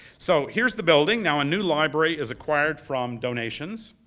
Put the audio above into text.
so here's the building. now a new library is acquired from donations.